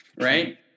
right